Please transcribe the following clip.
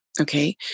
okay